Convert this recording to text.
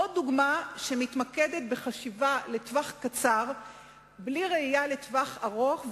עוד דוגמה שמתמקדת בחשיבה לטווח קצר בלי ראייה לטווח הארוך,